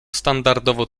standardowo